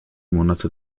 monate